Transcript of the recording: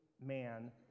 man